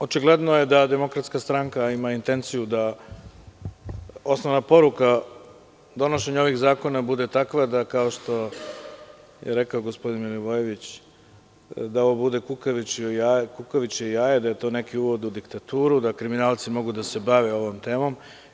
Očigledno je da DS ima intenciju da osnovna poruka donošenja ovih zakona bude takva da, kao što je rekao gospodin Milivojević, ovo bude kukavičje jaje, da je to neki uvod u diktaturu, da kriminalni mogu da se bave ovom temom.